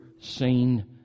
seen